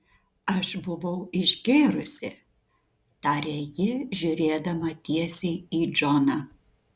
aš buvau išgėrusi tarė ji žiūrėdama tiesiai į džoną